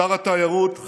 שר התיירות,